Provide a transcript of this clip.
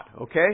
okay